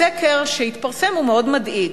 הסקר שהתפרסם הוא מאוד מדאיג.